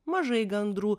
mažai gandrų